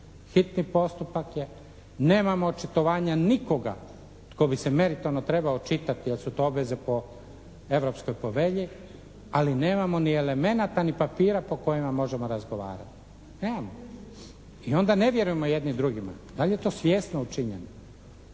Hitni postupak je. Nemamo očitovanja nikoga tko bi se meritorno trebao čitati jer su to obveze po europskoj povelji, ali nemamo ni elemenata ni papira po kojima možemo razgovarati. Nemamo. I onda ne vjerujemo jedni drugima. Da li je to svjesno učinjeno?